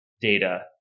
data